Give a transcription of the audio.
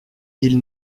ils